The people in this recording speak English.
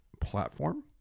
platform